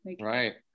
right